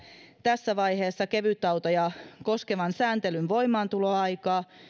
tässä vaiheessa kevytautoja koskevan sääntelyn voimaantuloaikaa